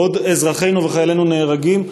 בעוד אזרחינו וחיילינו נהרגים,